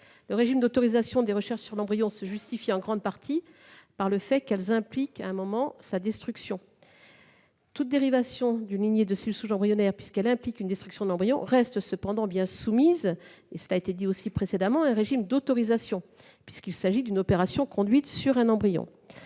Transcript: Le régime d'autorisation des recherches sur l'embryon se justifie en grande partie par le fait qu'elles impliquent à un moment sa destruction. Toute dérivation d'une lignée de cellules souches embryonnaires, bien qu'elle implique la destruction de l'embryon, reste cependant bien soumise, cela a aussi été dit précédemment, à un régime d'autorisation, puisqu'il s'agit d'une opération conduite sur un embryon.